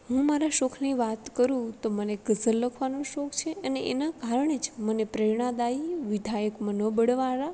હું મારા શોખની વાત કરું તો મને ગઝલ લખવાનો શોખ છે અને એનાં કારણે જ મને પ્રેરણાદાયી વિધાયક મનોબળ વાળા